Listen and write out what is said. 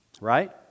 right